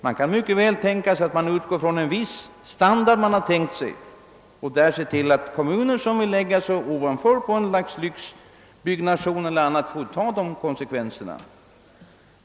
Man kan mycket väl tänka sig att utgå från en viss standard och att de kommuner som vill lägga sig »ovanför» och sätta i gång med lyxbyggen också får ta konsekvenserna.